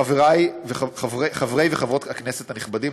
חברי וחברות הכנסת הנכבדים,